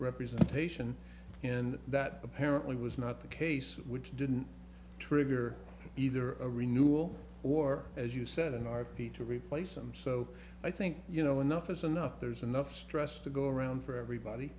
representation and that apparently was not the case which didn't trigger either a renewal or as you said an r v to replace him so i think you know enough is enough there's enough stress to go around for everybody